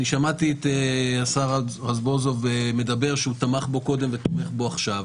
שמעתי את השר רזבוזוב אומר שהוא תמך בו קודם והוא תומך בו עכשיו,